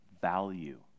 value